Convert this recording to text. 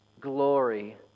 glory